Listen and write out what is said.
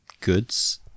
goods